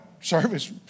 service